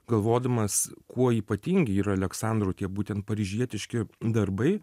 galvodamas kuo ypatingi yra aleksandro tie būtent paryžietiški darbai